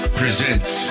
presents